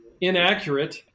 Inaccurate